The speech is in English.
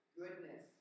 goodness